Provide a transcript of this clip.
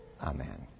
Amen